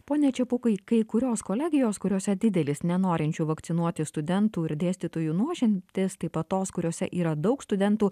pone čepukai kai kurios kolegijos kuriose didelis nenorinčių vakcinuotis studentų ir dėstytojų nuošimtis taip pat tos kuriose yra daug studentų